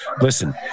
Listen